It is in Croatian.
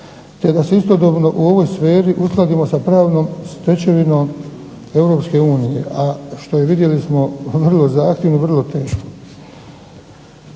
te da se istodobno u ovoj sferi uskladimo s pravnom stečevinom Europske unije, a što je vidjeli smo vrlo zahtjevno i vrlo teško,